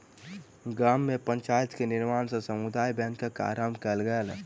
गाम में पंचायत के निर्णय सॅ समुदाय बैंक के आरम्भ कयल गेल